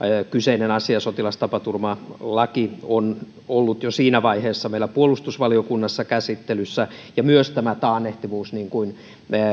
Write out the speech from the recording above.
kyseinen asia sotilastapaturmalaki oli jo ollut siinä vaiheessa meillä puolustusvaliokunnassa käsittelyssä ja myös tästä taannehtivuudesta niin kuin